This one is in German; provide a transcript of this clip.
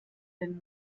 den